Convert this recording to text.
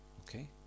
Okay